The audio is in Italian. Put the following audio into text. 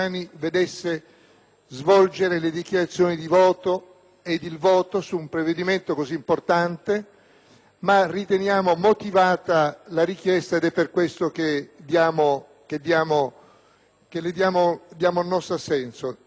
svolgere le dichiarazioni di voto ed il voto su un provvedimento così importante, ma riteniamo motivata la richiesta, per cui diamo il nostro assenso.